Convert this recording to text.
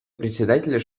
председателя